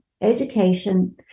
education